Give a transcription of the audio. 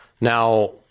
Now